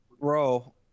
bro